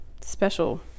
special